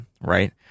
right